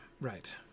right